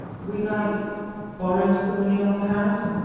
we might borrow some money on the house.